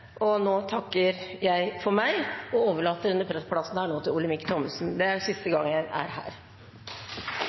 Nå takker jeg for meg og overlater denne plassen til Olemic Thommessen. Det er siste gang jeg sitter her.